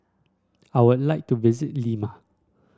I would like to visit Lima